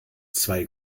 zwei